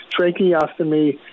Tracheostomy